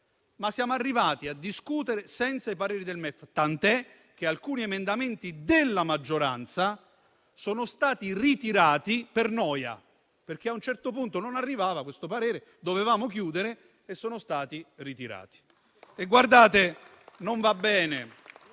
siamo arrivati a discutere senza i pareri del MEF, tant'è vero che alcuni emendamenti della maggioranza sono stati ritirati per noia: perché a un certo punto, questi pareri non arrivavano ma dovevamo chiudere, quindi sono stati ritirati.